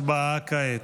הצבעה כעת.